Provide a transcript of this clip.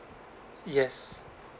yes